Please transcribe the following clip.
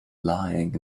lying